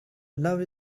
love